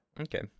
okay